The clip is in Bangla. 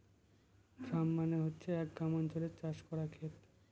ফার্ম মানে হচ্ছে এক গ্রামাঞ্চলে চাষ করার খেত